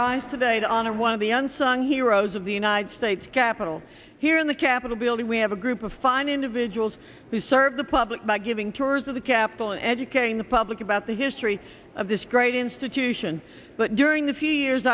rise today to honor one of the unsung heroes of the united states capitol here in the capitol building we have a group of fine individuals who serve the public by giving tours of the capital and educating the public about the history of this great institution but during the few years